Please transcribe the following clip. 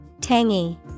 Tangy